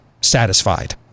Satisfied